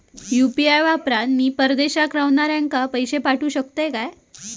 UPI वापरान मी परदेशाक रव्हनाऱ्याक पैशे पाठवु शकतय काय?